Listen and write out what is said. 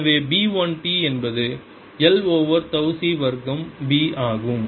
எனவே B 1 t என்பது l over tau C வர்க்கம் B ஆகும்